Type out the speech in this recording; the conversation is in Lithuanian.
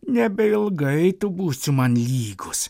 nebeilgai tu būsi man lygus